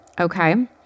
Okay